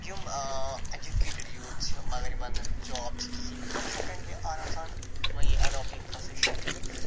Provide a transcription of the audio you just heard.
یِم educated youth چھِ مگر یِمن نہٕ جاب چھُِ کِہیٖنۍ تِم ہٮ۪کن یہِ آرام سان اٮ۪ڈپٹ یہِ پرٛافٮ۪شن کٔرِتھ